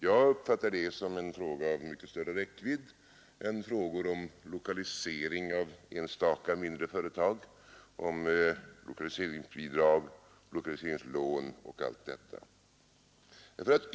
Jag uppfattar det som en fråga av mycket större räckvidd än frågor om lokalisering av enstaka mindre företag, om lokaliseringsbidrag, lokaliseringslån och allt detta.